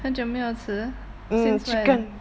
很久没有吃 since when